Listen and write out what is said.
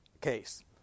case